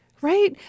right